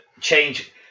change